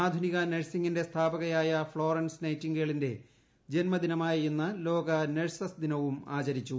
ആധുനിക നഴ് സിങിന്റെ സ്ഥാപകയായ ഫ്ളോറൻസ് നൈറ്റിൻഗേലിന്റെ ജൻമദിനമാ യ ഇന്ന് ലോക നഴ്സസ് ദിനവും ആചരിച്ചു